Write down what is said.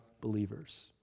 believers